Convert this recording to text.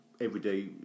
everyday